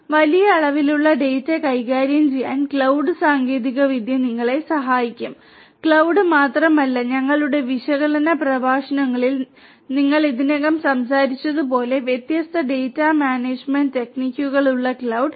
അതിനാൽ വലിയ അളവിലുള്ള ഡാറ്റ കൈകാര്യം ചെയ്യാൻ ക്ലൌഡ് സാങ്കേതികവിദ്യ നിങ്ങളെ സഹായിക്കും ക്ലൌഡ് മാത്രമല്ല ഞങ്ങളുടെ വിശകലന പ്രഭാഷണങ്ങളിൽ ഞങ്ങൾ ഇതിനകം സംസാരിച്ചതുപോലുള്ള വ്യത്യസ്ത ഡാറ്റാ മാനേജുമെന്റ് ടെക്നിക്കുകളുള്ള ക്ലൌഡ്